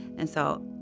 and so,